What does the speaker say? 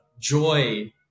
joy